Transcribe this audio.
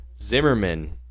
Zimmerman